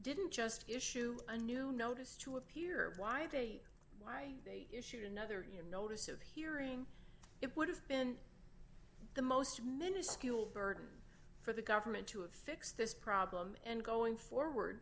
didn't just issue a new notice to appear why they why issued another you notice of hearing it would have been the most minuscule burden for the government to a fix this problem and going forward